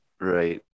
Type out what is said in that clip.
right